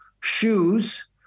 shoes